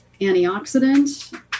antioxidant